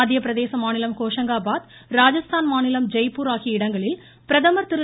மத்திய பிரதேச மாநிலம் கோஷங்காபாத் ராஜஸ்தான் மாநிலம் ஜெய்பூர் இடங்களில் பிரதமர் திரு